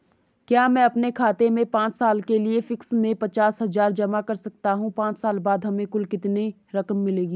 क्या मैं अपने खाते में पांच साल के लिए फिक्स में पचास हज़ार जमा कर सकता हूँ पांच साल बाद हमें कुल कितनी रकम मिलेगी?